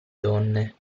donne